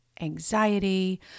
anxiety